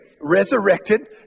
resurrected